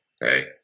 hey